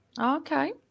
Okay